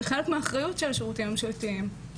זה חלק מהאחריות של השירותים הממשלתיים.